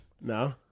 No